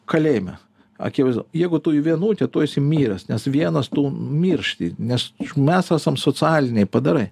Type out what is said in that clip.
kalėjime akivaizdu jeigu tu į vienutę tu esi miręs nes vienas tu miršti nes mes esam socialiniai padarai